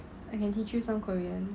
I can teach you some korean